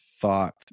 thought